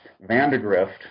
Vandegrift